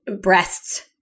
breasts